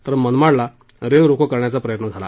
तर मनमाडला रेल रोको करण्याचा प्रयत्न झाला